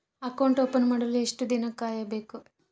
Account open ಮಾಡಲು ಎಷ್ಟು ದಿನ ಕಾಯಬೇಕು?